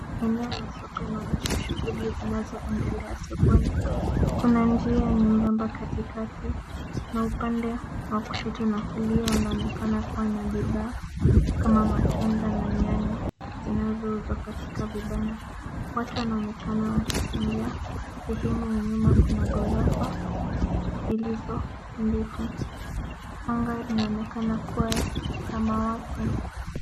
Eneo la soko inaonyesha shughuli zinazoendelea sokoni. Kuna njia nyembamba katikati na upande wa kushoto na kulia unaonekana kuwa na bidhaa kama matunda na nyanya zinazouzwa katika vibanda. Watu wanaonekana wakitembea. Sehemu ya nyuma kuna ghorofa zilizo ndefu. Anga inaonekana kuwa ya samawati.